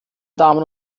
damen